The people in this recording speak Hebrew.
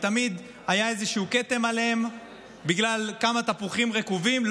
שתמיד היה איזשהו כתם עליהם בגלל כמה תפוחים רקובים.